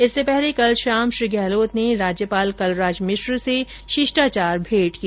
इससे पहले कल शाम श्री गहलोत ने राज्यपाल कलराज मिश्र से राजभवन में शिष्टाचार भेंट की